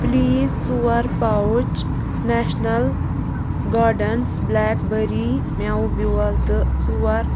please ژور پاوُچ national gardens blackberry مٮ۪وٕ بیٛوٚل تہٕ ژور